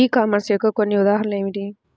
E commerce యొక్క కొన్ని ఉదాహరణలు ఏమిటి?